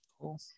Cool